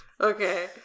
Okay